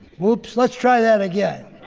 whoops. let's try that again.